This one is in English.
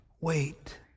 wait